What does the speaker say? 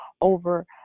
over